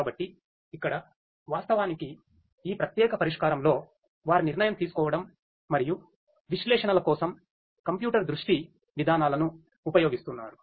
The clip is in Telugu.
కాబట్టి ఇక్కడ వాస్తవానికి ఈ ప్రత్యేక పరిష్కారంలో వారు నిర్ణయం తీసుకోవడం మరియు విశ్లేషణల కోసం కంప్యూటర్ దృష్టి విధానాలను ఉపయోగిస్తున్నారు